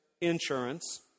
insurance